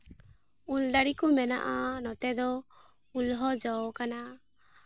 ᱩᱞ ᱫᱟᱨᱮ ᱠᱚ ᱢᱮᱱᱟᱜᱼᱟ ᱱᱚᱛᱮ ᱫᱚ ᱩᱞ ᱦᱚᱸ ᱡᱚᱣ ᱠᱟᱱᱟ